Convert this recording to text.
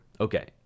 Okay